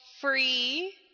free